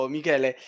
Michele